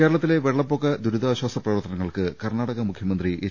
കേരളത്തിലെ വെള്ളപ്പൊക്ക ദുരിതാശ്വാസ പ്രവർത്തനങ്ങൾക്ക് കർണാടക മുഖൃമന്ത്രി എച്ച്